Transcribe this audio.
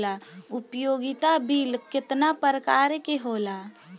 उपयोगिता बिल केतना प्रकार के होला?